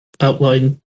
outline